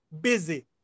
busy